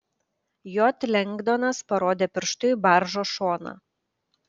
j lengdonas parodė pirštu į baržos šoną